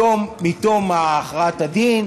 מתום הכרעת הדין.